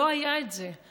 לא היה את זה.